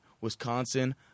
Wisconsin